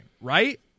right